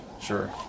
sure